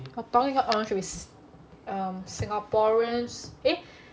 your target audience should be singaporeans eh